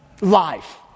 life